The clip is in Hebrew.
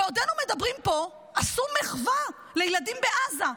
בעודנו מדברים פה, עשו מחווה לילדים בעזה,